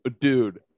dude